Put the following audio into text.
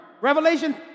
Revelation